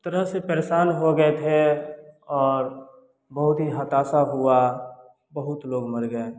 तरह से परेशान हो गए थे और बहुत ही हताशा हुआ बहुत लोग मर गए